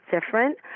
different